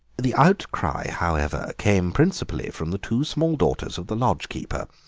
the outcry, however, came principally from the two small daughters of the lodge-keeper,